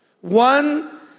One